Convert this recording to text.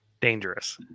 dangerous